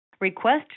Request